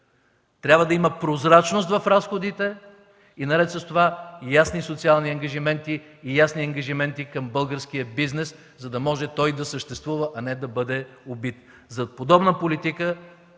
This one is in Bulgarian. трябва да има прозрачност в разходите и наред с това ясни социални ангажименти, и ясни ангажименти към българския бизнес, за да може той да съществува, а не да бъде убит. За подобна политика,